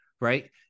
right